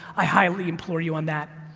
i highly implore you on that.